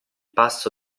passo